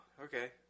Okay